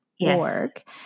org